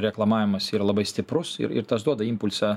reklamavimas yra labai stiprus ir ir tas duoda impulsą